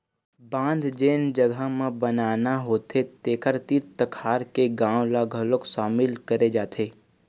बांध जेन जघा म बनाना होथे तेखर तीर तखार के गाँव ल घलोक सामिल करे जाथे